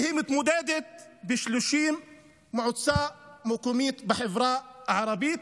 והיא מתמודדת ב-30 מועצות מקומיות בחברה הערבית,